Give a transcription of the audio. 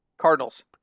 Cardinals